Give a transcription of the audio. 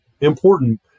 important